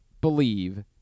believe